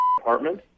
apartment